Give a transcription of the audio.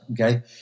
okay